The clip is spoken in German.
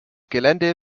gelände